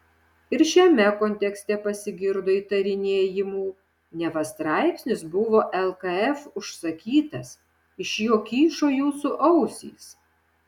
ir šiame kontekste pasigirdo įtarinėjimų neva straipsnis buvo lkf užsakytas iš jo kyšo jūsų ausys